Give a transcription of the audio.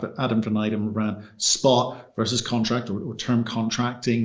but ad infinitum, ran spot versus contract or or term contract,